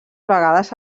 vegades